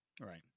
Right